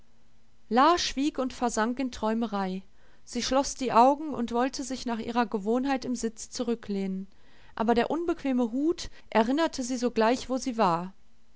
schwieg und versank in träumerei sie schloß die augen und wollte sich nach ihrer gewohnheit im sitz zurücklehnen aber der unbequeme hut erinnerte sie sogleich wo sie war